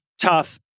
tough